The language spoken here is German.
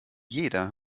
jeder